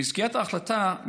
במסגרת ההחלטה,